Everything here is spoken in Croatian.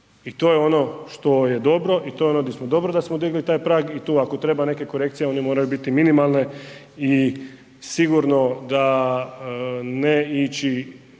I to je ono što je dobro i to je ono gdje je dobro da smo digli taj prag i tu ako treba neke korekcije one moraju biti minimalne i sigurno ne ići